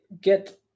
get